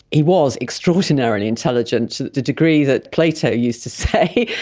he was extraordinarily intelligent, to the degree that plato used to say,